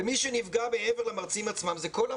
ומי שנפגע מעבר למרצים עצמם זה כל המערכת,